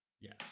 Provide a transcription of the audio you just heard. Yes